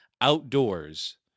outdoors